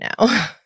now